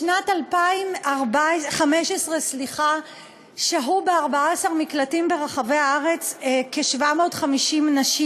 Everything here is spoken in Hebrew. בשנת 2015 שהו ב-14 מקלטים ברחבי הארץ כ-750 נשים.